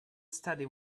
steady